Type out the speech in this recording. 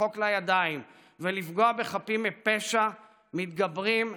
החוק לידיים ולפגוע בחפים מפשע מתגברים,